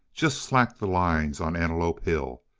just slack the lines on antelope hill.